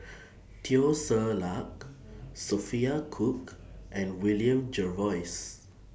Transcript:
Teo Ser Luck Sophia Cooke and William Jervois